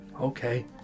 Okay